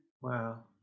wow